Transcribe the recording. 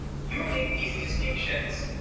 you make these distinctions.